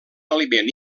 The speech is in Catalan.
aliment